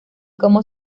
como